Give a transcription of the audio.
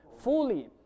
Fully